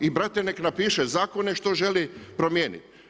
I brate nek napiše zakone što želi promijeniti.